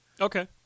Okay